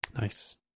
nice